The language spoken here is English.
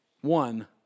One